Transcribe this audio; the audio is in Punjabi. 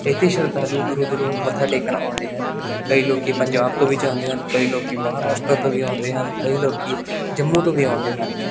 ਇੱਥੇ ਸ਼ਰਧਾਲੂ ਦੁਰੋਂ ਦੁਰੋਂ ਮੱਥਾ ਟੇਕਣ ਆਉਂਦੇ ਹਨ ਕਈ ਲੋਕ ਪੰਜਾਬ ਤੋਂ ਵੀ ਜਾਂਦੇ ਹਨ ਕਈ ਲੋਕ ਮਹਾਰਾਸ਼ਟਰ ਤੋਂ ਵੀ ਆਉਂਦੇ ਹਨ ਕਈ ਲੋਕ ਜੰਮੂ ਤੋਂ ਵੀ ਆਉਂਦੇ ਹਨ